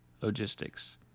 logistics